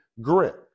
grit